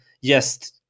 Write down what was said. yes